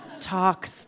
talk